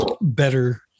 better